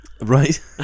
Right